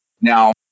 Now